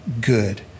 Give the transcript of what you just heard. good